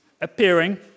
appearing